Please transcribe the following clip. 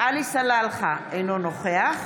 עלי סלאלחה, אינו נוכח